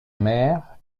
mer